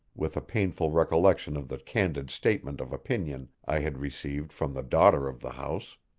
with a painful recollection of the candid statement of opinion i had received from the daughter of the house.